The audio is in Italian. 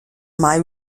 mai